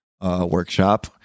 workshop